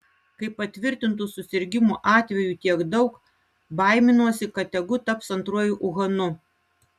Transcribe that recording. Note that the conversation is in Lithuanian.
kai patvirtintų susirgimų atvejų tiek daug baiminuosi kad tegu taps antruoju uhanu